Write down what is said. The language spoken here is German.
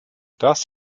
das